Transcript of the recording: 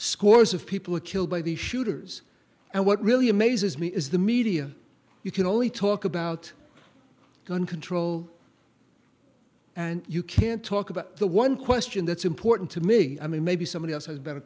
scores of people are killed by the shooters and what really amazes me is the media you can only talk about gun control and you can't talk about the one question that's important to me i mean maybe somebody